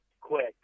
quick